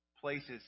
places